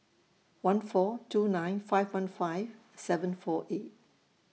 one four two nine five one five seven four eight